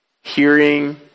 hearing